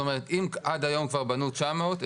אם עד היום כבר בנו 900,